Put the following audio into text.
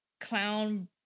clown